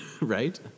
right